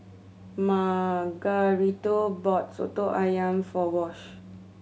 Margarito bought Soto Ayam for Wash